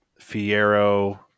Fiero